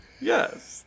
Yes